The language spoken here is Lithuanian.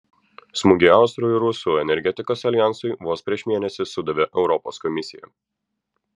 smūgį austrų ir rusų energetikos aljansui vos prieš mėnesį sudavė europos komisija